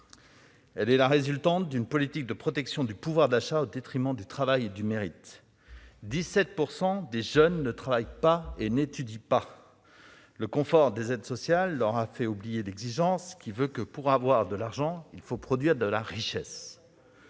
déficitaire à cause d'une politique de protection du pouvoir d'achat qui a été menée au détriment du travail et du mérite. Aujourd'hui, 17 % des jeunes ne travaillent pas et n'étudient pas. Le confort des aides sociales leur a fait oublier l'exigence qui veut que, pour avoir de l'argent, il faut produire de la richesse